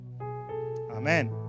Amen